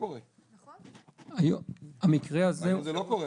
היום זה לא קורה.